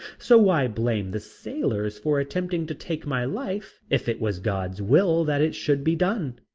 so why blame the sailors for attempting to take my life if it was god's will that it should be done?